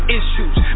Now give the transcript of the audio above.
issues